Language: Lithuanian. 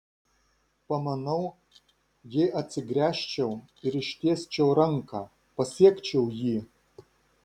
pamanau jei atsigręžčiau ir ištiesčiau ranką pasiekčiau jį